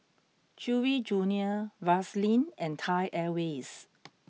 Chewy junior Vaseline and Thai Airways